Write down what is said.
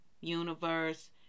universe